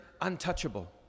untouchable